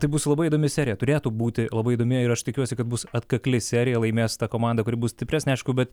tai bus labai įdomi serija turėtų būti labai įdomi ir aš tikiuosi kad bus atkakli serija laimės ta komanda kuri bus stipresnė aišku bet